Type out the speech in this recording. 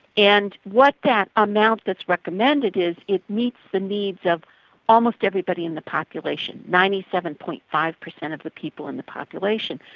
and what that amount that's recommended is it meets the needs of almost everybody in the population, ninety seven. five percent of the people in the population.